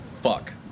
fuck